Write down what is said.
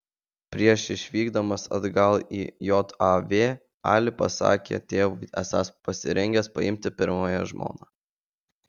prieš išvykdamas atgal į jav ali pasakė tėvui esąs pasirengęs paimti pirmąją žmoną